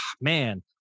man